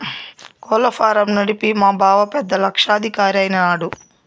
కోళ్ల ఫారం నడిపి మా బావ పెద్ద లక్షాధికారైన నాడు